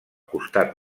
costat